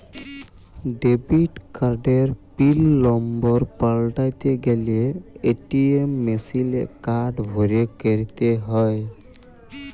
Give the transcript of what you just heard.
debit কার্ডের PIN number পাল্টাতে গ্যালে এ.টি.এম মেশিলে কার্ড ভরে ক্যরতে হ্য়য়